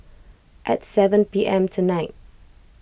at seven P M tonight